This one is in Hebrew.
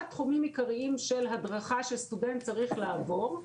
תחומים עיקריים של הדרכה שסטודנט צריך לעבור,